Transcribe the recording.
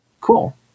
Cool